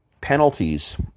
penalties